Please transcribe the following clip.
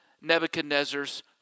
Nebuchadnezzar's